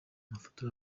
amafoto